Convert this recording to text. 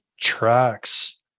tracks